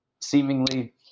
seemingly